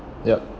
yup